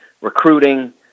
recruiting